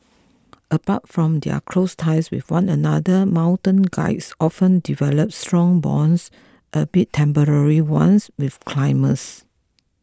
apart from their close ties with one another mountain guides often develop strong bonds albeit temporary ones with climbers